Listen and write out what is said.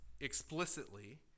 explicitly